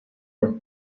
their